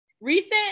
Recent